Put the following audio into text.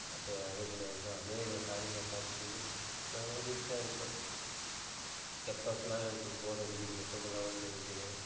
and அதேபோல் தான் அநேக காரியங்களை பார்த்துக்கொண்டு நான் மகிழ்ச்சியாக இருப்பேன் எப்பப்பலாம் எனக்கு போர் அடிக்குது எப்பப்பலாம் வந்து எனக்கு